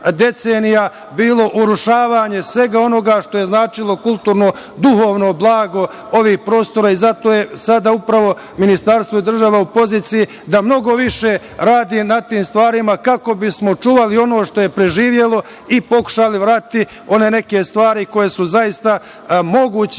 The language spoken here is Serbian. decenija bilo urušavanje svega onoga što je značilo kulturno, duhovno blago ovih prostora i zato je sada upravo Ministarstvo i država u poziciji da mnogo više radi na tim stvarima, kako bismo očuvali ono što je preživelo i pokušali vratiti one neke stvari koje su zaista moguće